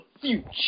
future